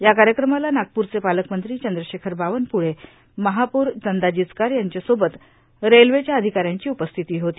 या कार्यक्रमाला नागपूरचे पालकमंत्री चंद्रशेखर बावनक्ळे महापौर नंदा जिचकार यांचेसोबत रेल्वेच्या अधिका यांची उपस्थिती होती